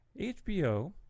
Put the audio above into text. HBO